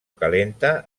calenta